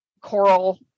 coral